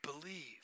believe